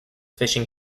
fishing